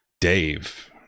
Dave